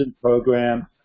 program